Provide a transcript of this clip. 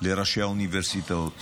לראשי האוניברסיטאות